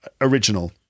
original